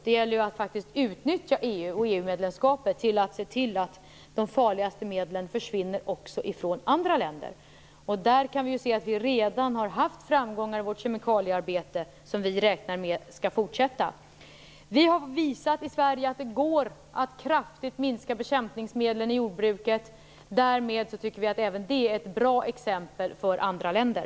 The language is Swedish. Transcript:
Det gäller att utnyttja EU-medlemskapet till att se till att de farligaste medlen försvinner också ifrån andra länder. Vi kan se att vi redan har haft framgångar i vårt kemikaliearbete, som vi räknar med skall fortsätta. Vi har i Sverige visat att det går att kraftigt minska bekämpningsmedlen i jordbruket. Därmed tycker vi att även detta är ett bra exempel för andra länder.